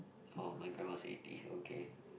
oh my grandma is eighty it's okay